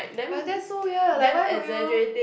but that's so weird like why would you